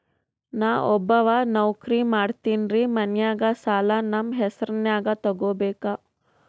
ನಾ ಒಬ್ಬವ ನೌಕ್ರಿ ಮಾಡತೆನ್ರಿ ಮನ್ಯಗ ಸಾಲಾ ನಮ್ ಹೆಸ್ರನ್ಯಾಗ ತೊಗೊಬೇಕ?